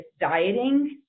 dieting